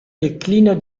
declino